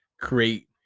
create